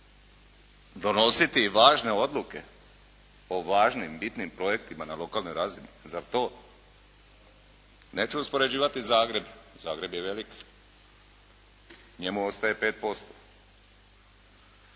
Donositi važne odluke o važnim, bitnim projektima na lokalnoj razini? Zar to? Neću uspoređivati Zagreb, Zagreb je velik. Njemu ostaje 5%.